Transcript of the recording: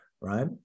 right